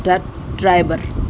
ٹ ٹرائیبر